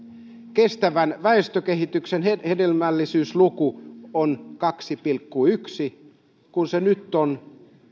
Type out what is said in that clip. kestävän väestökehityksen hedelmällisyysluku on kaksi pilkku yksi kun se nyt on